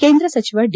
ಕೇಂದ್ರ ಸಚಿವ ಡಿ